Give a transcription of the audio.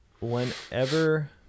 whenever